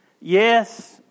yes